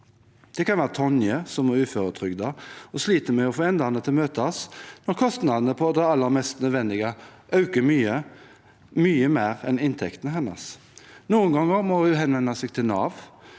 Det kan være Tonje som er uføretrygdet og sliter med å få endene til å møtes når kostnadene på det aller mest nødvendige øker mye, mye mer enn inntekten hennes. Noen ganger må hun henvende seg til Nav